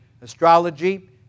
astrology